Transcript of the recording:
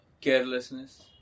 Carelessness